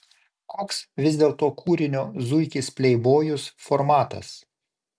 koks vis dėlto kūrinio zuikis pleibojus formatas